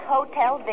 Hotel